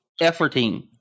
efforting